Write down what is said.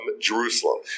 Jerusalem